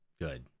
Good